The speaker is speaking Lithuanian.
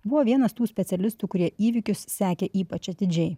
buvo vienas tų specialistų kurie įvykius sekė ypač atidžiai